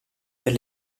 per